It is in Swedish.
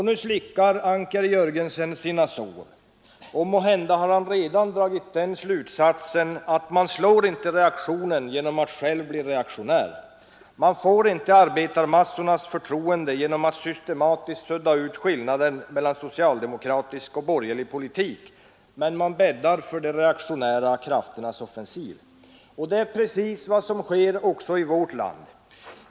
Nu slickar Anker Jörgensen sina sår, och måhända har han redan dragit slutsatsen att man inte slår reaktionen genom att själv bli reaktionär. Man får inte arbetarmassornas förtroende genom att systematiskt sudda ut skillnaden mellan socialdemokratisk och borgerlig politik, men man bäddar för de reaktionära krafternas offensiv. Det är precis vad som sker också i vårt land.